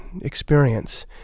experience